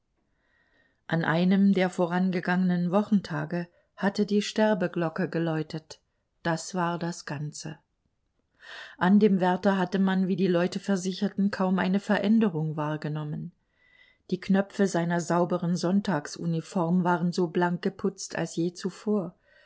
an einem der vorangegangenen wochentage hatte die sterbeglocke geläutet das war das ganze an dem wärter hatte man wie die leute versicherten kaum eine veränderung wahrgenommen die knöpfe seiner sauberen sonntagsuniform waren so blank geputzt als je zuvor